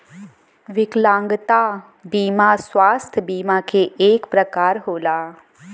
विकलागंता बिमा स्वास्थ बिमा के एक परकार होला